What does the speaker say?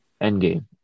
Endgame